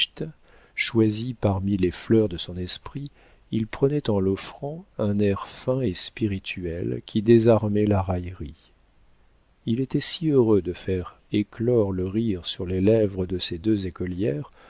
choisi parmi les fleurs de son esprit il prenait en l'offrant un air fin et spirituel qui désarmait la raillerie il était si heureux de faire éclore le rire sur les lèvres de ses deux écolières